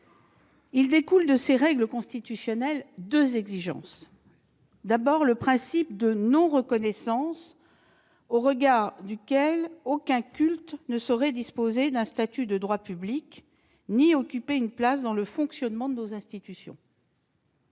Il découle de ces règles constitutionnelles plusieurs exigences : d'abord, le principe de non-reconnaissance, en vertu duquel aucun culte ne saurait disposer d'un statut de droit public, ni occuper une place dans le fonctionnement de nos institutions.